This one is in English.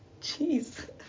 Jeez